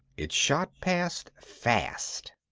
it shot past fast.